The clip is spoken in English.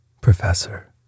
Professor